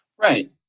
Right